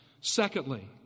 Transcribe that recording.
Secondly